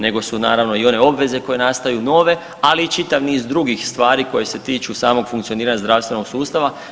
Nego su naravno i one obveze koje nastaju nove, ali i čitav niz drugih stvari koje se tiču samog funkcioniranja zdravstvenog sustava.